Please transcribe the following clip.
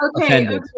Okay